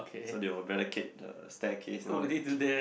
so they will barricade the staircase and all that